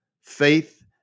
faith